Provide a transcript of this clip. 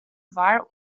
war